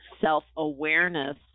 self-awareness